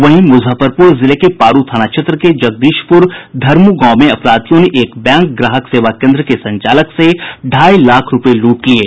वहीं मुजफ्फरपुर जिले के पारू थाना क्षेत्र के जगदीशपुर धर्मु गांव में अपराधियों ने एक बैंक ग्राहक सेवा केन्द्र के संचालक से ढाई लाख रूपये लूट लिये